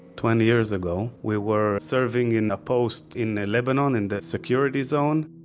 twenty years ago we were serving in a post in lebanon, in the security zone.